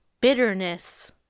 bitterness